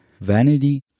vanity